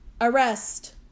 arrest